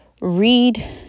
read